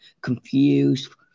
confused